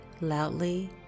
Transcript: loudly